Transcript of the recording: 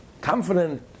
confident